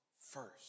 first